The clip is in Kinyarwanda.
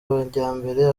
amajyambere